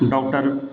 doctor